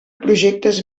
projectes